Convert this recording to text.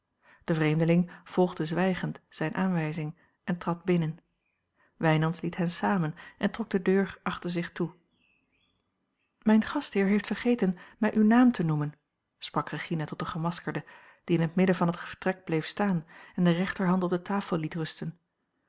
de vreemdeling volgde zwijgend zijne aanwijzing en trad binnen wijnands liet hen samen en trok de deur achter zich toe mijn gastheer heeft vergeten mij uw naam te noemen sprak regina tot den gemaskerde die in het midden van het vertrek bleef staan en de rechterhand op de tafel liet rusten